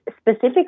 specifically